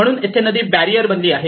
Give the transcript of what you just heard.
म्हणून येथे नदी बॅरियर बनला आहे